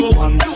one